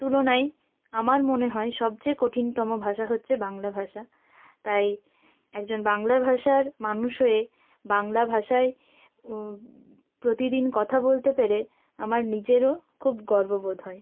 তুলনায় আমার মনে হয় সবচেয়ে কঠিনতম ভাষা হচ্চে বাংলা ভাষা তাই একজন বাংলা ভাষার মানুষ হয়ে বাংলা ভাষায় প্রতিদিন কথা বলতে পেরে আমার নিজেরও খুব গর্ব বোধ হয়